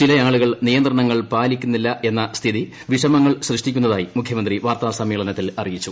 ചിലയാളുകൾ നിയന്ത്രണങ്ങൾ പാലിക്കുന്നില്ലയെന്ന സ്ഥിതി വിഷമങ്ങൾ സൃഷ്ടിക്കുന്നതായി മുഖ്യമന്ത്രി വാർത്താ സമ്മേളനത്തിൽ അറിയിച്ചു